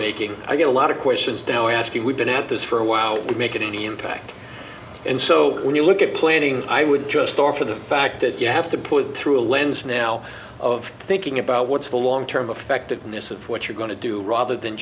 making i get a lot of questions now asking we've been at this for a while to make any impact and so when you look at planning i would just offer the fact that you have to put through a lens now of thinking about what's the long term effectiveness of what you're going to do rather than